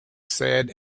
sad